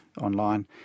online